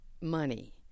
Money